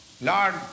Lord